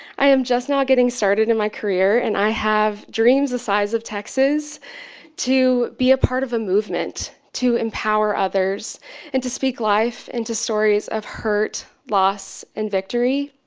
i am just not getting started in my career and i have dreams the size of texas to be a part of a movement to empower others and to speak live into stories of hurt, loss, and victory.